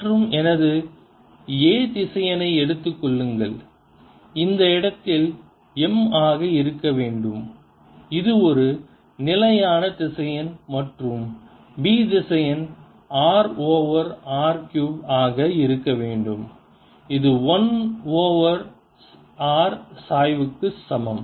மற்றும் எனது A திசையனை எடுத்துக் கொள்ளுங்கள் இந்த இடத்தில் m ஆக இருக்க வேண்டும் இது ஒரு நிலையான திசையன் மற்றும் B திசையன் r ஓவர் r கியூப் ஆக இருக்க வேண்டும் இது 1 ஓவர் r சாய்வுக்கு சமம்